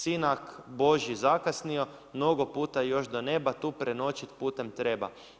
Sinak božji zakasnio, mnogo puta još do neba tu prenoćit putem treba.